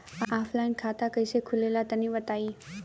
Offline खाता कइसे खुले ला तनि बताई?